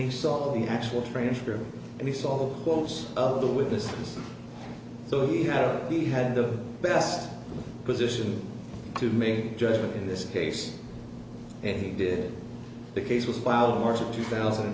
he saw the actual transcript and he saw the close of the with this so he had he had the best position to make a judgment in this case and he did the case was allowed march of two thousand and